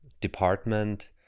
department